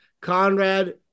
Conrad